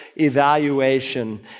evaluation